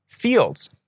fields